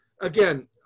Again